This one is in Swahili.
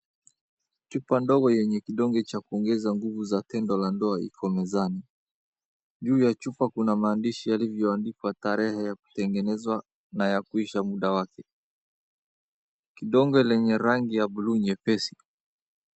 Chupa ndongo yenye kidonge cha kuongeza nguvu za tendo la ndoa iko mezani. Juu ya chupa kuna maandishi yalivyo andikwa tarehe ya kutengenezwa na ya kuisha muda wake. Kidonge lenye rangi ya bluu nyepesi.